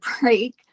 break